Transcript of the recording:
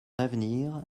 d’avenir